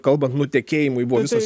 kalbant nutekėjimui buvo visos